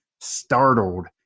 startled